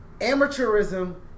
amateurism